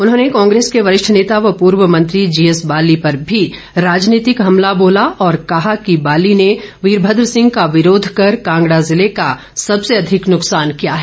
उन्होंने कांग्रेस के वरिष्ठ नेता व पूर्वे मंत्री जीएस बाली पर भी राजनीतिक हमला बोला और कहा कि बाली ने वीरभद्र सिंह का विरोध कर कांगड़ा ज़िले का सबसे अधिक नुकसान किया है